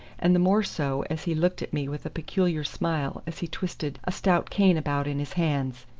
and the more so as he looked at me with a peculiar smile as he twisted a stout cane about in his hands.